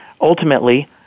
Ultimately